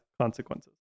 Consequences